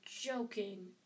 joking